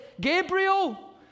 Gabriel